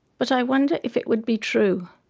but i wonder if it would be true.